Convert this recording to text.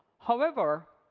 however,